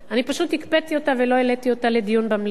אני פשוט הקפאתי אותה ולא העליתי אותה לדיון במליאה.